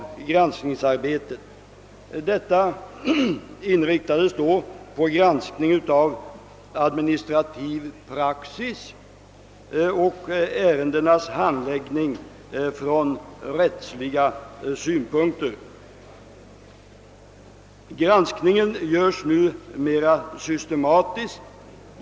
Granskningsarbetet inriktades då på en genomgång av administrativ praxis och av ärendenas handläggning från rättsliga synpunkter. Granskningen utförs nu på ett mera systematiskt sätt.